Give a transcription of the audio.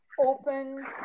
open